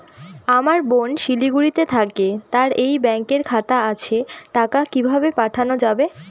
আমার বোন শিলিগুড়িতে থাকে তার এই ব্যঙকের খাতা আছে টাকা কি ভাবে পাঠানো যাবে?